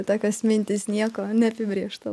tokios mintys nieko neapibrėžto